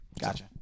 Gotcha